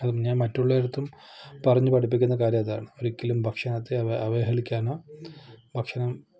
അത് ഞാൻ മറ്റുള്ളവരടുത്തും പറഞ്ഞു പഠിപ്പിക്കുന്ന കാര്യം അതാണ് ഒരിക്കലും ഭക്ഷണത്തെ അവഹേളിക്കാനോ ഭക്ഷണം